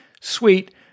sweet